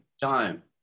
time